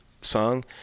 song